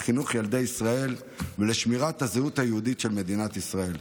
לחינוך ילדי ישראל ולשמירת הזהות היהודית של מדינת ישראל.